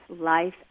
life